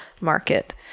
market